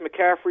McCaffrey